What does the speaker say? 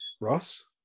Ross